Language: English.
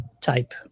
type